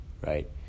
Right